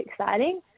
exciting